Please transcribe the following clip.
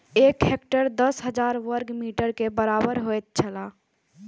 एक हेक्टेयर दस हजार वर्ग मीटर के बराबर होयत छला